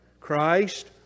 Christ